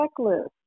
checklist